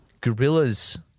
Gorillas